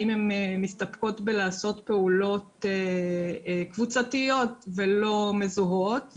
האם הן מסתפקות בעשיית פעולות קבוצתיות ולא מזוהות,